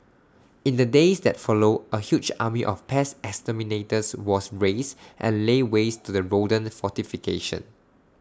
in the days that followed A huge army of pest exterminators was raised and laid waste to the rodent fortification